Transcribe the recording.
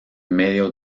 medio